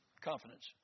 Confidence